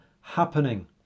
happening